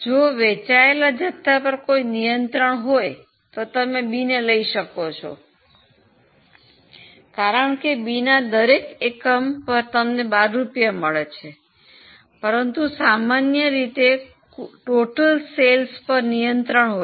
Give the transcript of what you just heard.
જો વેચાયેલા જથ્થા પર કોઈ નિયંત્રણ હોય તો તમે બીને લઈ શકો છો કારણ કે બીના દરેક એકમ પર તમને 12 રૂપિયા મળે છે પરંતુ સામાન્ય રીતે કુલ વેચાણ પર નિયંત્રણ હોય છે